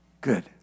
Good